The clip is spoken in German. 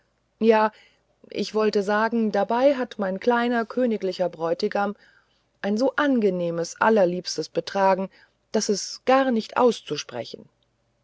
ja ich wollte sagen dabei hat mein kleiner königlicher bräutigam ein so angenehmes allerliebstes betragen daß es gar nicht auszusprechen